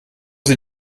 sie